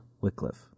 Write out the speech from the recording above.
Wycliffe